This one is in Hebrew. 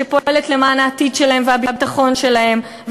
שפועלת למען העתיד שלהם והביטחון שלהם,